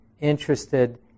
interested